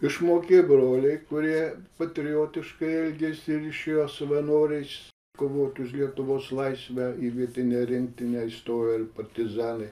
išmokė broliai kurie patriotiškai elgėsi ir išėjo savanoriais kovoti už lietuvos laisvę į vietinę rinktinę įstojo ir partizanai